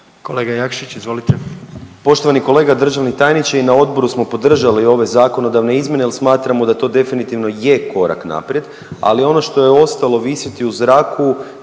**Jakšić, Mišel (SDP)** Poštovani kolega državni tajniče i na Odboru smo podržali ove zakonodavne izmjene jer smatramo da to definitivno je korak naprijed, ali ono što je ostalo visiti u zraku